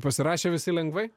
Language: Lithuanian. pasirašė visi lengvai